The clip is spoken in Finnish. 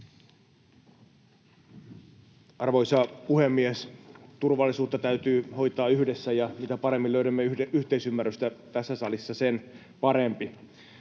Arvoisa puhemies! Turvallisuutta täytyy hoitaa yhdessä, ja mitä paremmin löydämme yhteisymmärrystä tässä salissa, sen parempi.